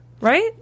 right